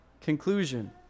conclusion